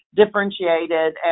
differentiated